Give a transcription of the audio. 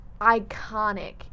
iconic